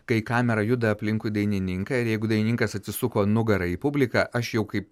kai kamera juda aplinkui dainininką ir jeigu dainininkas atsisuko nugara į publiką aš jau kaip